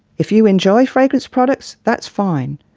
if you enjoy fragranced products, that's fine.